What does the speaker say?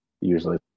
usually